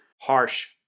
harsh